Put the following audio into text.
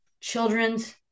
children's